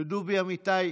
לדובי אמיתי,